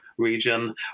region